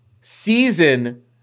season